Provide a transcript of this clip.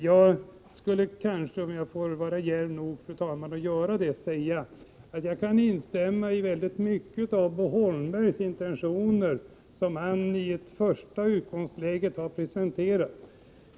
Jag skulle vilja säga, fru talman, om jag får vara djärv nog att göra det, att jag kan instämma i mycket av Bo Holmbergs intentioner, som han i utgångsläget har presenterat.